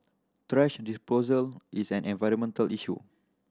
thrash disposal is an environmental issue